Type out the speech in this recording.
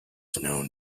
known